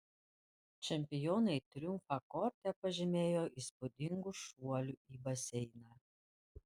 čempionai triumfą korte pažymėjo įspūdingu šuoliu į baseiną